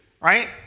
right